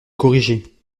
corrigé